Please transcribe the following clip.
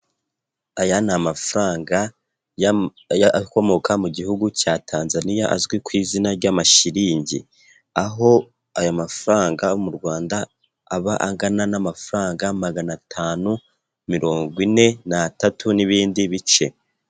Aya ni amafaranga akomoka mu gihugu cya Tanzania azwi ku izina ry'amashiriningi, aho ayo mafaranga mu Rwanda, aba angana n'amafaranga magana atanu mirongo ine n'atatu n'ibindi bice.